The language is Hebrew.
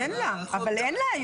אבל אין לה.